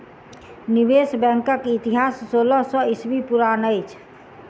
निवेश बैंकक इतिहास सोलह सौ ईस्वी पुरान अछि